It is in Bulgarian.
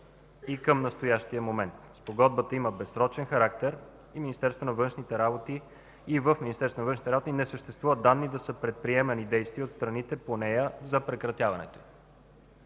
и към настоящия момент. Спогодбата има безсрочен характер и в Министерството на външните работи не съществуват данни да са предприемани действия от страните по нея за прекратяването